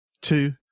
two